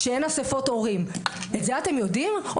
כשאין אספות הורים את זה אתם יודעים או